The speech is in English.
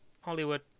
Hollywood